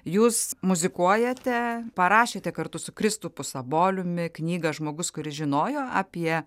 jūs muzikuojate parašėte kartu su kristupu saboliumi knygą žmogus kuris žinojo apie